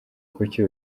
kuki